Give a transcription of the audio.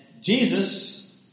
Jesus